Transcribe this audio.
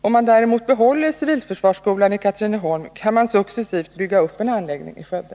Om man däremot behåller civilförsvarsskolan i Katrineholm, kan man successivt bygga upp en anläggning i Skövde.